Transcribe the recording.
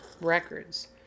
records